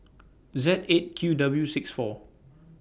Z eight Q W six four